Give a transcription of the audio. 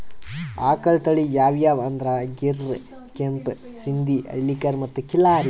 ಆಕಳ್ ತಳಿ ಯಾವ್ಯಾವ್ ಅಂದ್ರ ಗೀರ್, ಕೆಂಪ್ ಸಿಂಧಿ, ಹಳ್ಳಿಕಾರ್ ಮತ್ತ್ ಖಿಲ್ಲಾರಿ